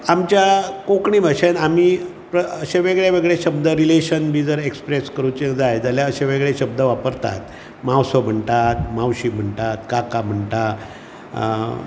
आमच्या कोंकणी भाशेन आमी अशे वेगळे वेगळे शब्द रिलॅशन बी एक्सप्रेस करूचे जाय जाल्यार अशे वेगळे शब्द वापरतात मावसो म्हणटात मावशी म्हणटात काका म्हणटा